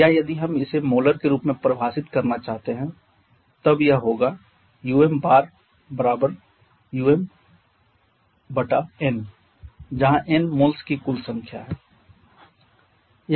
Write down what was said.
या यदि हम इसे मोलर के रूप में परिभाषित करना चाहते हैं तो तब यह होगा u m Umn जहां n मोल्स की कुल संख्या है